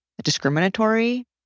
discriminatory